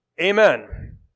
Amen